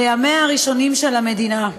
בימיה הראשונים של המדינה.